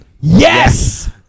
Yes